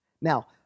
Now